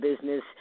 Business